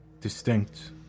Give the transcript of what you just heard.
Distinct